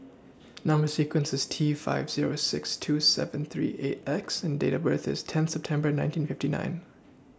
Number sequence IS T five Zero six two seven three eight X and Date of birth IS tenth September nineteen fifty nine